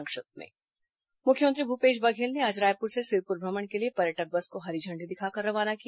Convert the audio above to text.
संक्षिप्त समाचार मुख्यमंत्री भूपेश बघेल ने आज रायपुर से सिरपुर भ्रमण के लिए पर्यटक बस को हरी झंडी दिखाकर रवाना किया